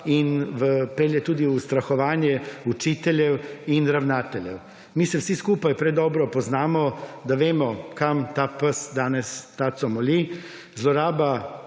in pelje tudi v ustrahovanje učiteljev in ravnateljev. Mi se vsi skupaj predobro poznamo, da vemo kam ta pes danes taco moli. Zloraba